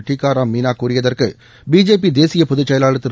டீகா ராம் மீனா கூறியதற்கு பிஜேபி தேசிய பொதுச்செயலாளர் திரு